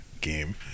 game